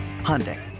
Hyundai